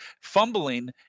fumbling